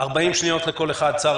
40 שניות לכל אחד, צער